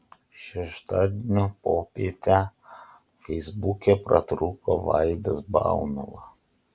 šeštadienio popietę feisbuke pratrūko vaidas baumila